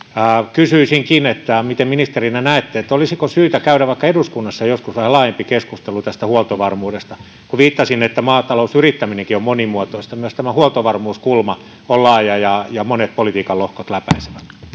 kysyisinkin miten ministerinä näette olisiko syytä käydä vaikka eduskunnassa joskus vähän laajempi keskustelu tästä huoltovarmuudesta viittasin siihen että maata lousyrittäminen on monimuotoista ja myös tämä huoltovarmuuskulma on laaja ja ja monet politiikan lohkot läpäisevä